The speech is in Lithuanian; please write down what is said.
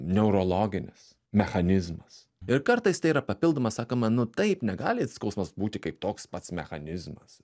neurologinis mechanizmas ir kartais tai yra papildomas sakoma nu taip negali skausmas būti kaip toks pats mechanizmas